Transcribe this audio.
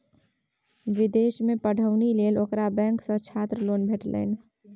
विदेशमे पढ़ौनी लेल ओकरा बैंक सँ छात्र लोन भेटलनि